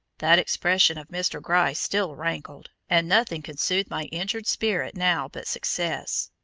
that expression of mr. gryce still rankled, and nothing could soothe my injured spirit now but success.